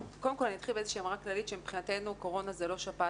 קודם כל אני אתחיל באיזה שהיא אמירה כללית שמבחינתנו קורונה זה לא שפעת,